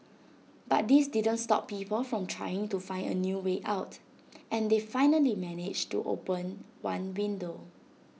but this didn't stop people from trying to find A way out and they finally managed to open one bindow